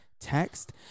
text